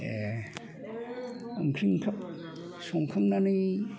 एह ओंख्रि ओंखाम संखांनानै